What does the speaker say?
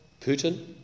Putin